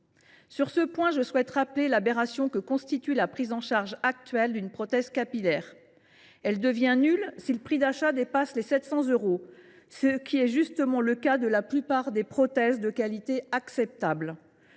Sur ce point, je souhaite rappeler l’aberration que constitue la prise en charge actuelle d’une prothèse capillaire : elle devient nulle si le prix d’achat dépasse les 700 euros, ce qui est justement le cas de la plupart des prothèses de qualité acceptable.